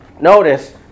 Notice